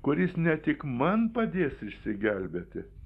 kuris ne tik man padės išsigelbėti